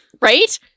Right